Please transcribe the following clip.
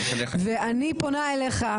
אני פונה אליך,